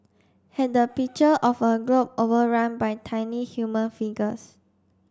had the picture of a globe overrun by tiny human figures